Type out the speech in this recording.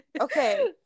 okay